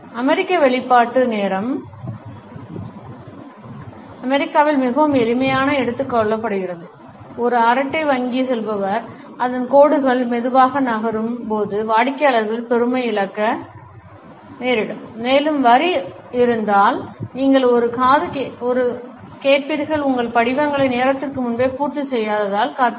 அமெரிக்க வெளிப்பாட்டு நேரம் அமெரிக்காவில் மிகவும் எளிமையாக எடுத்துக் கொள்ளப்படலாம் ஒரு அரட்டை வங்கி சொல்பவர் அதன் கோடுகள் மெதுவாக நகரும் போது வாடிக்கையாளர்கள் பொறுமையிழக்க நேரிடும் மேலும் வரி இருந்தால் நீங்கள் ஒரு காது கேட்பீர்கள் உங்கள் படிவங்களை நேரத்திற்கு முன்பே பூர்த்தி செய்யாததால் காத்திருங்கள்